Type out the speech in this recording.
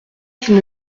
qu’ils